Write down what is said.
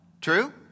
True